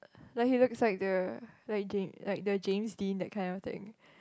like he looks like the like Jame like the James-Dean that kind of thing